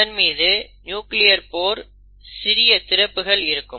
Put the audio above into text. அதன் மீது nuclear pore சிறிய திறப்புகள் இருக்கும்